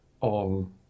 on